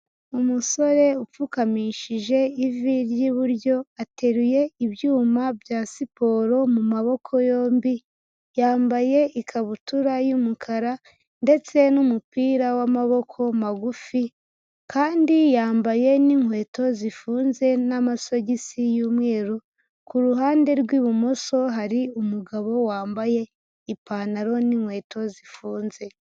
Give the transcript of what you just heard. Umusore upfukamishije ivi ry'iburyo, ateruye ibyuma bya siporo mu maboko yombi, yambaye ikabutura y'umukara ndetse n'umupira w'amaboko magufi kandi yambaye n'inkweto zifunze n'amasogisi y'umweru, ku ruhande rw'ibumoso hari umugabo wambaye ipantaro n'inkweto zifunze.